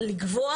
לגווע